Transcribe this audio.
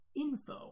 info